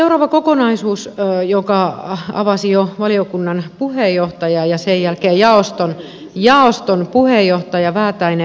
seuraava kokonaisuus jonka avasi jo valiokunnan puheenjohtaja ja sen jälkeen jaoston puheenjohtaja väätäinen